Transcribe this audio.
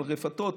על רפתות,